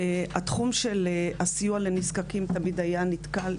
התחום של הסיוע לנזקקים תמיד היה נתקל,